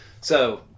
So-